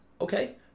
Okay